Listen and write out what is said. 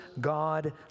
God